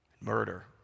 murder